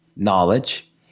knowledge